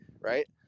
right